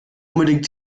unbedingt